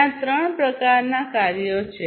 ત્યાં ત્રણ પ્રકારના કાર્યો છે